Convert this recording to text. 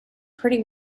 pretty